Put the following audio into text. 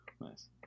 Nice